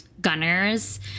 gunners